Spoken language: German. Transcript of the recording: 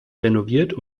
renoviert